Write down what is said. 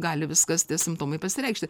gali viskas tie simptomai pasireikšti